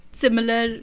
similar